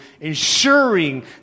ensuring